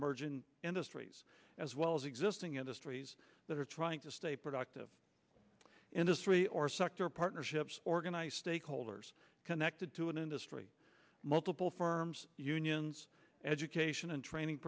emerging industries as well as existing industries that are trying to stay productive industry or sector partnerships organized stakeholders connected to an industry multiple firms unions education and training